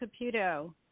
Caputo